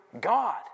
God